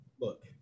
Look